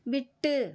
விட்டு